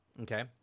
okay